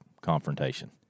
confrontation